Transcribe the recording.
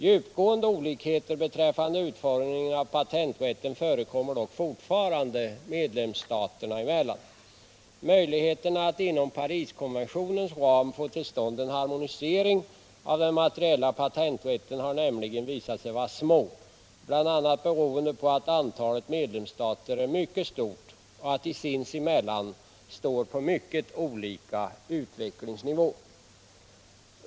Djupgående olikheter beträffande utformningen av patenträtten förekommer dock fortfarande medlemsstaterna emellan. Möjligheterna att inom Pariskonventionens ram få till stånd en harmonisering av den internationella patenträtten har nämligen visat sig vara små, bl.a. beroende på att antalet medlemsstater är mycket stort och att de sinsemellan står på mycket olika utvecklingsnivå.